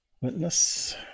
witness